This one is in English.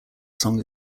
song